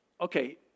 okay